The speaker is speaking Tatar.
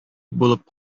булып